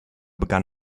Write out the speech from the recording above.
begann